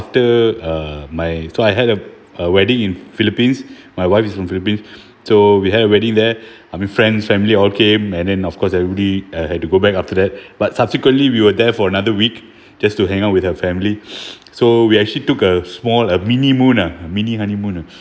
after uh my so I had a a wedding in philippines my wife is from philippines so we had a wedding there I mean friends family all came and then of course everybody uh had to go back after that but subsequently we were there for another week just to hang out with her family so we actually took a small a mini moon ah mini honeymoon ah